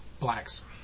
blacks